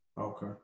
Okay